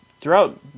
throughout